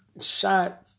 shot